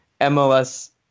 mls